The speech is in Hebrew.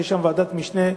שיש שם ועדת משנה,